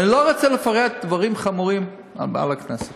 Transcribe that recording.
ואני לא רוצה לפרט דברים חמורים מעל דוכן הכנסת.